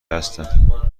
هستم